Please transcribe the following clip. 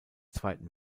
zweiten